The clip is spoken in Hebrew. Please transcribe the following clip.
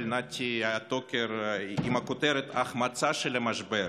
נתי טוקר עם הכותרת "ההחמצה של המשבר",